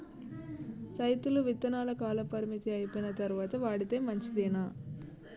రైతులు విత్తనాల కాలపరిమితి అయిపోయిన తరువాత వాడితే మంచిదేనా?